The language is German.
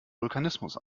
vulkanismus